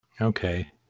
Okay